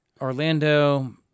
Orlando